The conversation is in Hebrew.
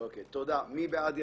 מי בעד?